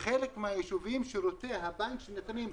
בחלק מהיישובים שירותי הבנק שניתנים,